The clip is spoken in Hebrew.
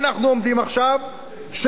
שפתאום יש גירעון גדול,